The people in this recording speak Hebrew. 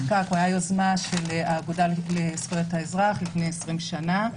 יוזמה של האגודה לזכויות האזרח לפני 20 שנה.